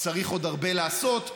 צריך עוד הרבה לעשות,